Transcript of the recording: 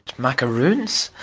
macaroons?